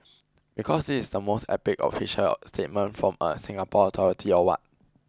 because this is the most epic official statement from a Singapore authority or what